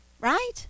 Right